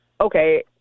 okay